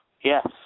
Yes